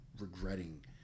regretting